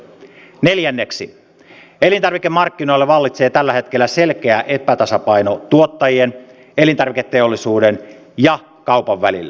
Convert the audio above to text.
neljänneksi elintarvikemarkkinoilla vallitsee tällä hetkellä selkeä epätasapaino tuottajien elintarviketeollisuuden ja kaupan välillä